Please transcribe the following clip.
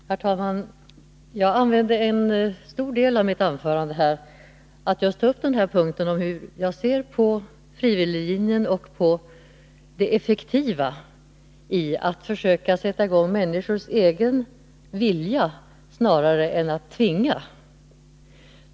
Herr talman! Jag använde en stor del av mitt anförande till att tala om hur jag ser på frivillighetslinjen och till att argumentera för att det är effektivare att försöka sätta i gång människors vilja än att tvinga.